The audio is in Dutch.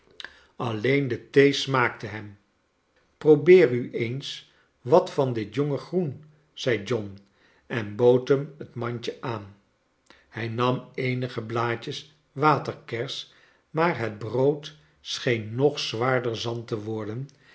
alleen de thee smaakte hem probeer u eens wat van dit jonge groen zei john en bood hem het mandje aan hij nam eenige blaadjes waterkers maar het brood scheen nog zwaarder zand te worden